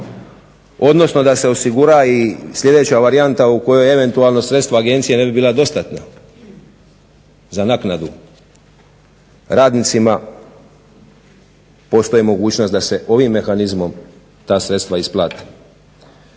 odnosno da se osigura i sljedeća varijanta u kojoj eventualno sredstva agencije ne bi bila dostatna za naknadu radnicima. Postoji mogućnost da se ovim mehanizmom ta sredstva isplate.